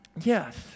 Yes